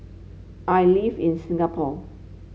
I live in Singapore